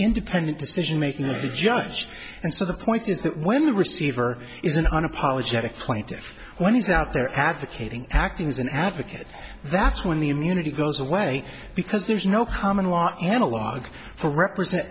independent decision making of the judge and so the point is that when the receiver is an unapologetic plaintiff when he's out there advocating acting as an advocate that's when the immunity goes away because there's no common law analog for represent